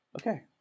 Okay